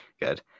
good